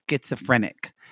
schizophrenic